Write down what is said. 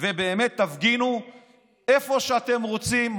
ובאמת תפגינו איפה שאתם רוצים,